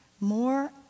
more